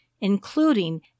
including